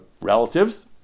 relatives